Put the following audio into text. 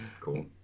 Cool